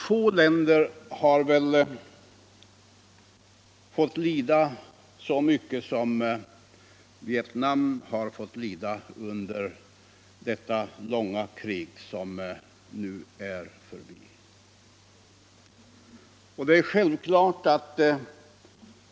| Få länder har väl fått lida så mycket som Vietnam under det långa krig som nu är förbi.